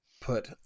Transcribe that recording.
put